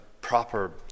proper